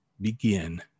begin